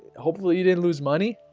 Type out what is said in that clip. hopefully you didn't lose money.